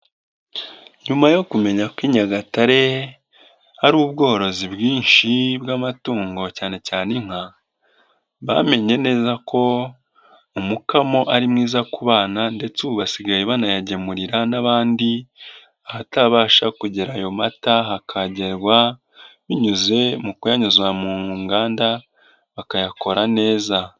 Nyuma yo kumenya ko i Nyagatare hari ubworozi bwinshi bw'amatungo cyane cyane inka, bamenye neza ko umukamo ari mwiza ku bana ndetse ubu basigaye banayagemurira n'abandi ahatabasha kugera ayo mata hakagerwa binyuze mu kuyanyuzwa mu nganda bakayakora neza.